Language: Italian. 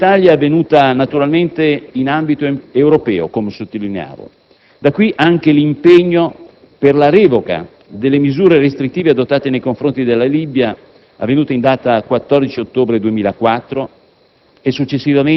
L'azione dell'Italia è avvenuta naturalmente in ambito europeo, come sottolineavo: da qui anche l'impegno per la revoca delle misure restrittive adottate nei confronti della Libia, avvenuta in data 14 ottobre 2004,